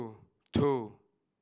two two